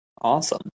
Awesome